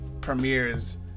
premieres